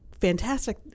fantastic